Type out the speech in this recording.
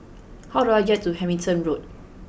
how do I get to Hamilton Road